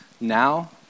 now